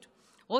רוצים למשול?